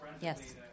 Yes